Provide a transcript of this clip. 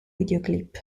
videoclip